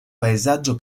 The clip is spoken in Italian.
paesaggio